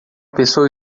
pessoa